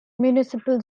municipal